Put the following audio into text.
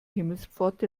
himmelspforte